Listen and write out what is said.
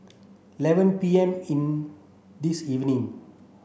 eleven P M in this evening